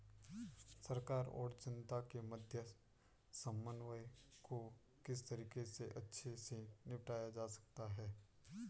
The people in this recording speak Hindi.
सरकार और जनता के मध्य समन्वय को किस तरीके से अच्छे से निपटाया जा सकता है?